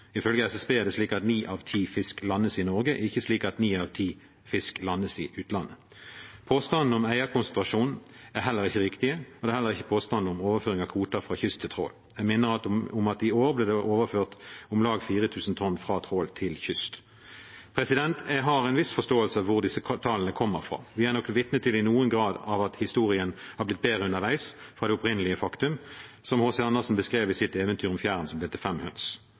Ifølge SSB er det slik at ni av ti fisk landes i Norge, ikke slik at ni av ti fisk landes i utlandet. Påstanden om eierkonsentrasjon er heller ikke riktig, og det er heller ikke påstanden om overføring av kvoter fra kyst til trål. Jeg minner om at i år ble det overført om lag 4 000 tonn fra trål til kyst. Jeg har en viss forståelse av hvor disse tallene kommer fra. Vi er nok vitne til i noen grad at historien har blitt bedre underveis fra det opprinnelige faktum, slik H.C. Andersen beskrev i sitt eventyr om fjæren som ble til fem høns.